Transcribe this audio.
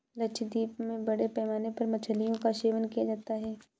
लक्षद्वीप में बड़े पैमाने पर मछलियों का सेवन किया जाता है